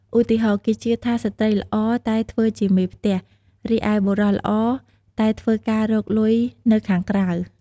ឧទាហរណ៍ គេជឿថាស្ត្រីល្អតែធ្វើជាមេផ្ទះ រីឯបុរសល្អតែធ្វើការរកលុយនៅខាងក្រៅ។